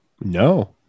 No